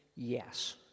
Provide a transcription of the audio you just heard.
Yes